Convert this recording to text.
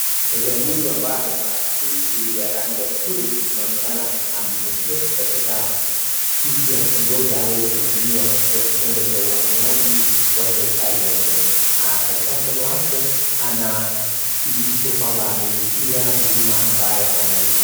Mteja huyu ambaye amevaa suti ya rangi ya bluu anaonekana ameketi katika kiti akingoja aweze kuhudumiwa katika kitengo cha uhamiaji wa serikali ya Kenya. Katika mkono wake ana dhibitisho kwamba amelipia huduma ambayo anahitaji.